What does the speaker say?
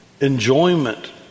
enjoyment